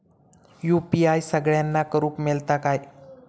UPI सगळ्यांना करुक मेलता काय?